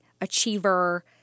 achiever